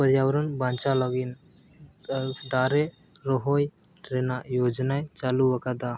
ᱯᱚᱨᱭᱟᱵᱚᱨᱚᱱ ᱵᱟᱧᱪᱟᱣ ᱞᱟᱹᱜᱤᱫ ᱫᱟᱨᱮ ᱨᱚᱦᱚᱭ ᱨᱮᱱᱟᱜ ᱭᱳᱡᱚᱱᱟᱭ ᱪᱟᱞᱩᱣᱟᱠᱟᱫᱟ